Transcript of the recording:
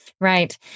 Right